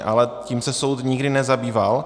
Ale tím se soud nikdy nezabýval.